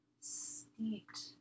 steeped